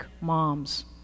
moms